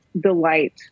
delight